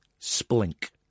Splink